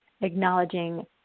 acknowledging